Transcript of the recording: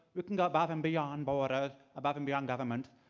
we can go above and beyond borders, above and beyond government,